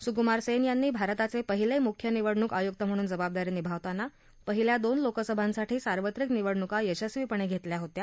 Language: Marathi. सुकुमार सेन यांनी भारताचे पहिले मुख्य निवडणूक आयुक्त म्हणून जबाबदारी निभावताना पहिल्या दोन लोकसभांसाठी सार्वत्रिक निवडणुका यशस्वीपणे घेतल्या होत्या